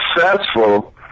successful